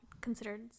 considered